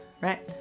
Right